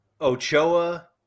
Ochoa